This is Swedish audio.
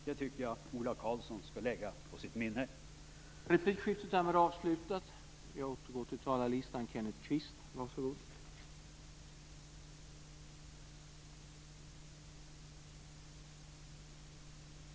Det tycker jag att Ola Karlsson skall lägga på minnet.